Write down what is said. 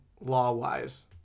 law-wise